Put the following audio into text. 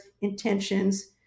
intentions